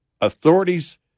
authorities